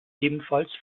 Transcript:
ebenfalls